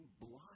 blind